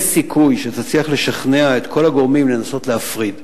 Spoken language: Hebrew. יש סיכוי שתצליח לשכנע את כל הגורמים לנסות להפריד.